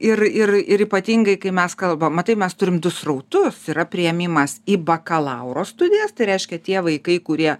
ir ir ir ypatingai kai mes kalbam matai mes turim du srautus yra priėmimas į bakalauro studijas tai reiškia tie vaikai kurie